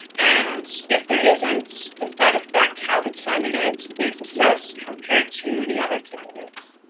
and if there isn't, does that affect how the candidate is assessed compared to the other candidates?